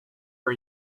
for